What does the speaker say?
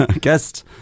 guest